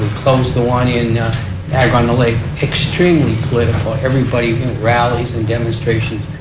close the one you know on the lake extremely political. everybody rallies and demonstrations.